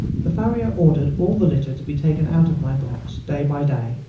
the farrier ordered all the litter to be taken out of my box day by day,